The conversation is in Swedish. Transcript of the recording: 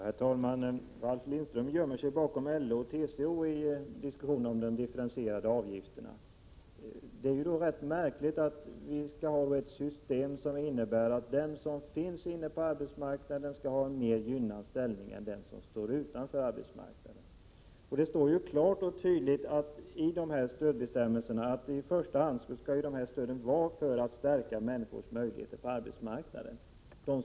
Herr talman! Ralf Lindström gömmer sig bakom LO och TCO i diskussionen om de differentierade avgifterna. Det är rätt märkligt att vi skall ha ett system som innebär att den som finns inne på arbetsmarknaden skall ha en mer gynnad ställning än den som står utanför arbetsmarknaden. Det står klart och tydligt i bestämmelserna för vuxenstudiestödet att de olika stödformerna i första hand är till för att stärka lågutbildade människors möjligheter på arbetsmarknaden.